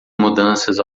mudanças